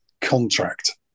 contract